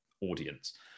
audience